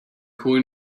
kohl